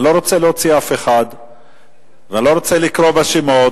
אני לא רוצה להוציא אף אחד ואני לא רוצה לקרוא בשמות.